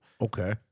okay